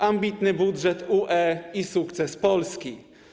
Ambitny budżet UE i sukces Polski.